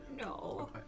No